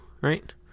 right